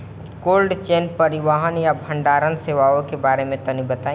Cold chain परिवहन या भंडारण सेवाओं के बारे में तनी बताई?